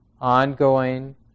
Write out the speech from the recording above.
ongoing